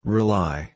Rely